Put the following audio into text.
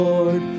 Lord